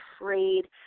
afraid